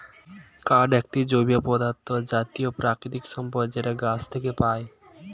কাঠ একটি জৈব পদার্থ জাতীয় প্রাকৃতিক সম্পদ যেটা গাছ থেকে পায়